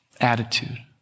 Attitude